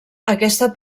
aquesta